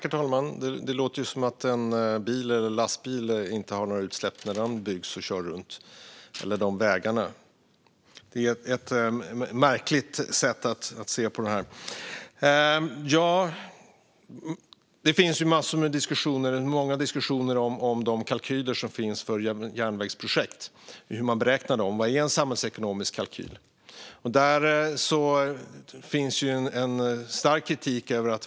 Herr talman! Det låter som att en bil eller en lastbil inte har några utsläpp när de byggs och kör runt eller när vägarna byggs. Det är ett märkligt sätt att se på det. Det finns många diskussioner om de kalkyler som finns för järnvägsprojekt och hur man beräknar dem. Vad är en samhällsekonomisk kalkyl? Det finns en stark kritik.